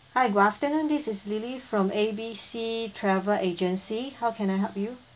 hi good afternoon this is lily from A B C travel agency how can I help you